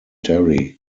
terry